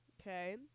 okay